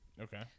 Okay